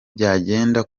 byagenda